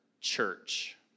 church